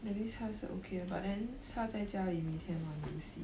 that means 他是 okay but then 他在家里每天玩游戏